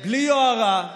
בלי יוהרה,